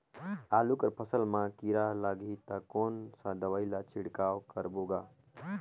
आलू कर फसल मा कीरा लगही ता कौन सा दवाई ला छिड़काव करबो गा?